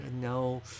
no